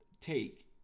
take